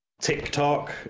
TikTok